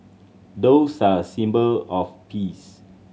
doves are a symbol of peace